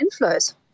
inflows